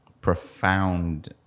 profound